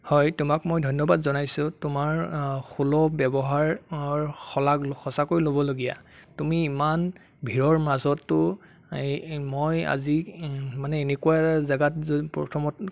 হয় তোমাক মই ধন্যবাদ জনাইছোঁ তোমাৰ সুলভ ব্যৱহাৰ শলাগ সঁচাকৈ ল'বলগীয়া তুমি ইমান ভিৰৰ মাজতো এই মই আজি মানে এনেকুৱা জেগাত প্ৰথমত